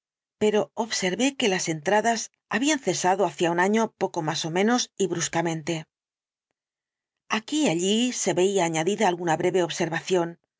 observé que las entradas habían cesado hacía un año poco más ó menos y bruscarelación del dr lanyótf mente aquí y allí se veía añadida alguna breve observación